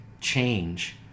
change